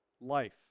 life